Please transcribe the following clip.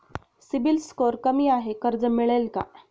CIBIL score कमी आहे कर्ज मिळेल का?